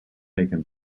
taken